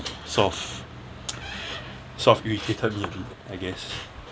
sort of sort of irritated me a bit I guess